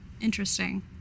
Interesting